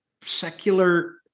secular